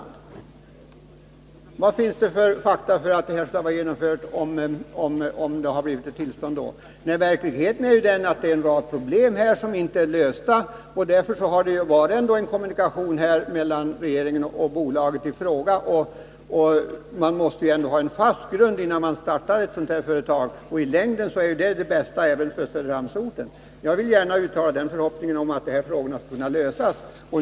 Vad finns det för fakta att det hela skulle ha varit genomfört, om tillstånd getts redan 1978? Verkligheten är att det finns en rad problem som inte är lösta, och det har därför varit en kommunikation mellan regeringen och bolaget i fråga. Man måste ändå ha en fast grund, innan man startar ett sådant här företag, och i längden är det det bästa även för Söderhamnsorten. Jag vill gärna uttala den förhoppningen att dessa problem skall kunna lösas.